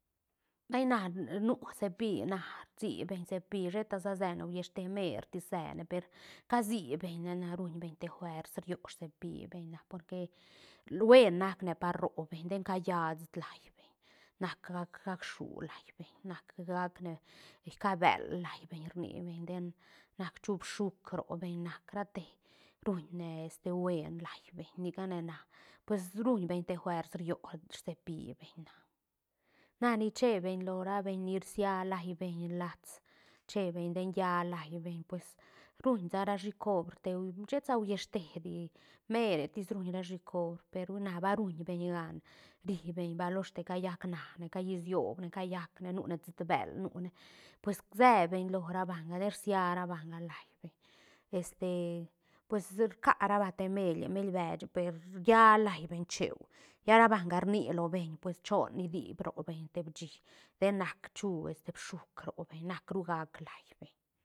Vay na nu cepí na rsi beñ cepí sheta sa sene huiste mer tis sene per casi beñ ne na ruñ beñ te fuers riö cepí beñ na porque lu buen nac ne par robeñ ten calla siit lai beñ nac gac- gac shu lai beñ nac gac ne kia bël lai beñ rni beñ den nac chu bshuk robeñ nac rate ruñ ne este buen lai beñ ni ca ne na pues ruñ beñ te fuers riö cepíbeñ na na ni cheben lo ra beñ rsia lai beñ lats che beñ den llä lai beñ pues run sa rashi cobr teu sheta sa hues te di meretis ruñ rashi cobr per hui na ba rum beñ gaan ri beñ ba loste cayac nane cayisiob ne cayac ne nune siit bël nune pues sebeñ ro ra banga ten rsia ra banga lai beñ este pues rca ra ban ga te melie melie beche per riä lai beñ cheu lla ra banga rni lo beñ pues chon diib ro beñ te bishí ten nac chu este bshuk robeñ nac ru gac lai beñ.